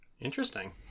Interesting